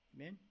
Amen